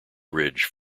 bridge